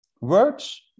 words